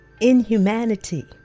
inhumanity